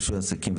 רישוי עסקים,